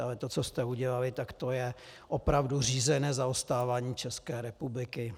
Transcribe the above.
Ale to, co jste udělali, tak to je opravdu řízené zaostávání České republiky.